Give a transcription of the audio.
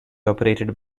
operated